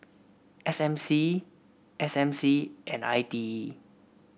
S M C S M C and I T E